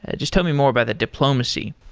ah just tell me more about that diplomacy.